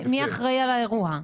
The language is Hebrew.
מי אחראי על האירוע?